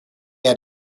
had